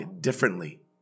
differently